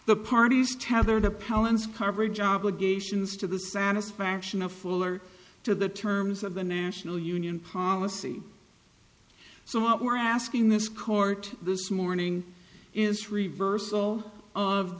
the parties tethered appellants coverage obligations to the satisfaction of full or to the terms of the national union policy so what we're asking this court this morning is reversal of